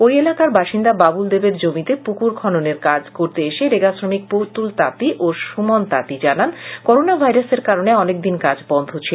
ওই এলাকার বাসিন্দা বাবুল দেবের জমিতে পুকুর খননের কাজ করতে এসে রেগা শ্রমিক পুতুল তাঁতী ও সুমন তাঁতী জানান করোনা ভাইরাসের কারনে অনেকদিন কাজ বন্ধ ছিল